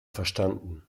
verstanden